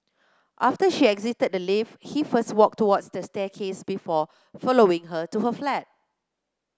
after she exited the lift he first walked towards the staircase before following her to her flat